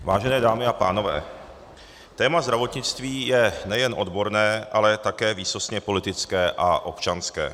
Vážené dámy, vážení pánové, téma zdravotnictví je nejen odborné, ale také výsostně politické a občanské.